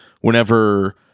whenever